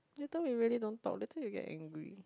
later we really don't talk later you get angry